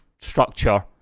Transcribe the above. structure